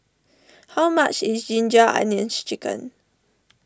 how much is Ginger Onions Chicken